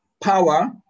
power